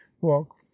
walk